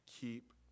Keep